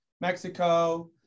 Mexico